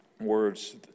words